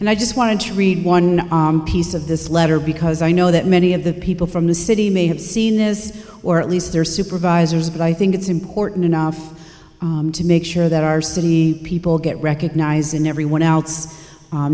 and i just want to read one piece of this letter because i know that many of the people from the city may have seen this or at least their supervisors but i think it's important enough to make sure that our city people get recognized and everyone